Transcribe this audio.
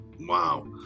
Wow